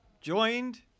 joined